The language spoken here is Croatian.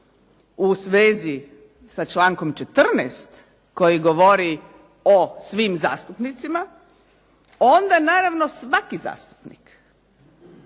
u svezi sa člankom 14. koji govori o svim zastupnicima, onda naravno svaki zastupnik,